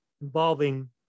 involving